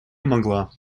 могла